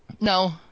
no